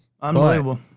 Unbelievable